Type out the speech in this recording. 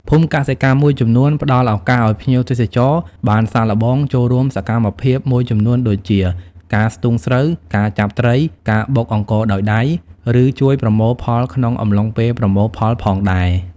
ភូមិកសិកម្មមួយចំនួនផ្ដល់ឱកាសឱ្យភ្ញៀវទេសចរបានសាកល្បងចូលរួមសកម្មភាពមួយចំនួនដូចជា ការស្ទូងស្រូវ ការចាប់ត្រី ការបុកអង្ករដោយដៃ ឬជួយប្រមូលផលក្នុងអំឡុងពេលប្រមូលផលផងដែរ។